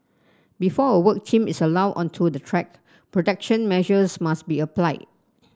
before a work team is allowed onto the track protection measures must be applied